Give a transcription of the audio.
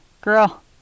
girl